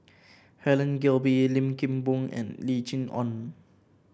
Helen Gilbey Lim Kim Boon and Lim Chee Onn